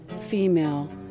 female